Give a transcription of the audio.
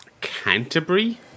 Canterbury